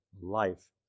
life